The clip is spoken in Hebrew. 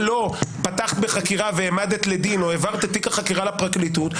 לא פתחת בחקירה והעמדת לדין או העברת את תיק החקירה לפרקליטות?